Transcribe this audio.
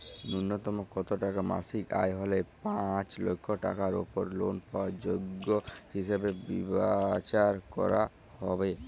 ন্যুনতম কত টাকা মাসিক আয় হলে পাঁচ লক্ষ টাকার উপর লোন পাওয়ার যোগ্য হিসেবে বিচার করা হবে?